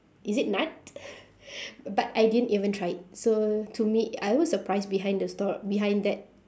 is it nut but I didn't even try it so to me I was surprised behind the stor~ behind that